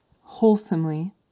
wholesomely